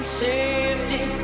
safety